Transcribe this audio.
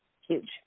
Huge